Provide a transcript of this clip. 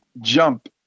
jump